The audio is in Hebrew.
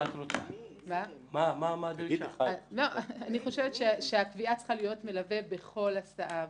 אני חושבת שהקביעה צריכה להיות מלווה בכל הסעה,